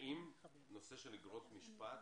האם נושא של אגרות משפטיות,